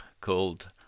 called